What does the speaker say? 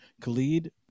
Khalid